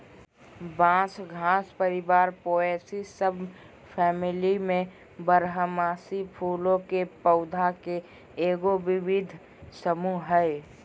बांस घास परिवार पोएसी सबफैमिली में बारहमासी फूलों के पौधा के एगो विविध समूह हइ